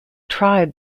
tribe